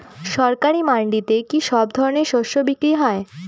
সরকারি মান্ডিতে কি সব ধরনের শস্য বিক্রি হয়?